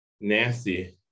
Nasty